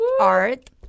Art